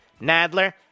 Nadler